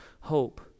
hope